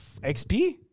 XP